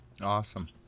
Awesome